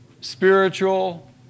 spiritual